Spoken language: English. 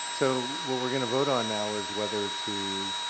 so what we're going to vote on now is whether to